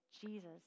Jesus